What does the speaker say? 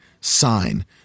sign